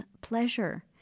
pleasure